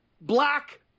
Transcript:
black